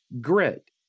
grit